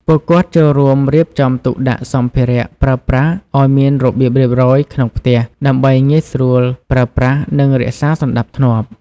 ពួកគាត់ចូលរួមរៀបចំទុកដាក់សម្ភារៈប្រើប្រាស់ឲ្យមានរបៀបរៀបរយក្នុងផ្ទះ ដើម្បីងាយស្រួលប្រើប្រាស់និងរក្សាសណ្ដាប់ធ្នាប់។